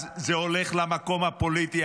זה הולך למקום הפוליטי.